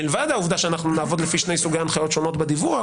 מלבד העובדה שאנחנו נעבוד לפי שני סוגי הנחיות שונות בדיווח: